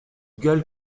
gueule